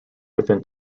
within